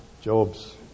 Job's